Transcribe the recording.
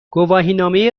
گواهینامه